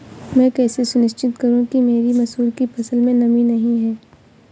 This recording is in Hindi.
मैं कैसे सुनिश्चित करूँ कि मेरी मसूर की फसल में नमी नहीं है?